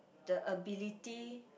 the ability